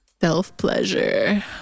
Self-pleasure